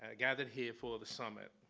ah gathered here for the summit.